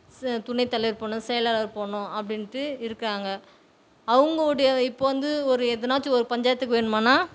ச துணைத்தலைவர் போடணும் செயலாளர் போடணும் அப்படின்ட்டு இருக்காங்க அவங்களுடைய இப்போ வந்து ஒரு எதனாச்சும் ஒரு பஞ்சாயத்துக்கு வேணுமானால்